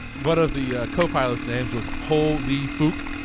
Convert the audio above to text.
one of the copilots names was ho li fuk,